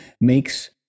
makes